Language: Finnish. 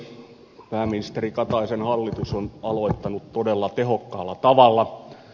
pääministeri kataisen hallitus on aloittanut todella tehokkaalla tavalla